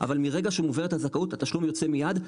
אבל מרגע שמובהרת הזכאות התשלום יוצא מיד,